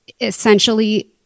essentially